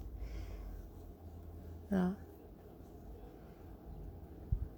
ya